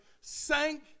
sank